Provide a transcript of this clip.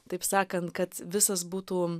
taip sakant kad visas būtų